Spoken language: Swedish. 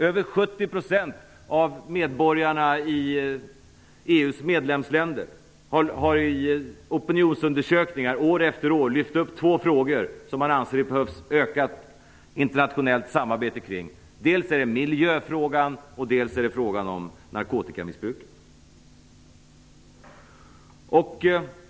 Över 70 % av medborgarna i EU:s medlemsländer har i opinionsundersökningar år efter år lyft fram två frågor som man anser att det behövs ökat internationellt samarbete kring. Dels är det miljöfrågan, dels frågan om narkotikamissbruket.